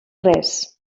res